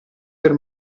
per